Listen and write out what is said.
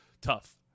tough